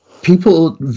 People